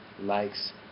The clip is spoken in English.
likes